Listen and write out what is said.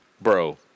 bro